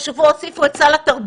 השבוע הוסיפו את סל התרבות.